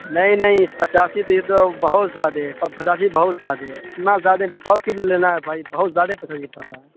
نہیں نہیں پچاسی دیے دو بہت زیادے ہے پچاسی بہت زیادے ہے اتنا زیادے سو کلو لینا ہے بھائی بہت زیادے پچاسی پڑ رہا ہے